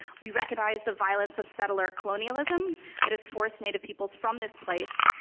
we recognize the violence of settler colonialism that has forced native peoples from this place,